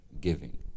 Giving